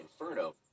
Inferno